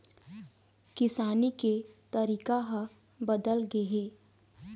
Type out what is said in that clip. किसानी के तरीका ह बदल गे हे